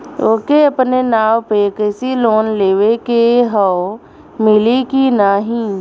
ओके अपने नाव पे कृषि लोन लेवे के हव मिली की ना ही?